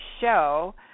show